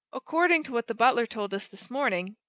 according to what the butler told us this morning,